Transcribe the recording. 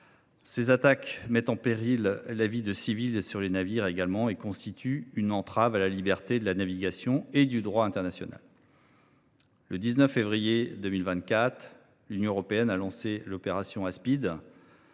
Ces attaques mettent en péril la vie de nombreux civils, notamment sur les navires, et constituent une entrave à la liberté de navigation et au droit international. Le 19 février 2024, l’Union européenne a lancé l’opération